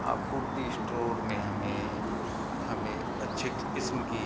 आपूर्ति स्टोर मैं हमें हमें अच्छे किस्म की